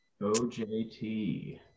OJT